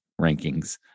rankings